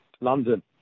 London